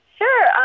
Sure